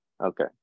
Okay